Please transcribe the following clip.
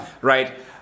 right